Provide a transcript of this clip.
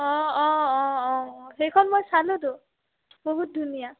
অঁ অঁ অঁ অঁ অঁ সেইখন মই চালোঁ তো বহুত ধুনীয়া